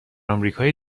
آمریکای